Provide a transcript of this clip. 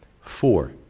Four